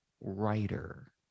writer